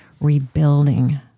rebuilding